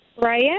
Ryan